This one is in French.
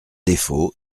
défaut